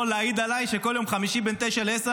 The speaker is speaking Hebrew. הוא יכול להעיד עליי שכל יום חמישי בין 9:00 ל-10:00,